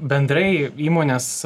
bendrai įmonės